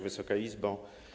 Wysoka Izbo!